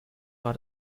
war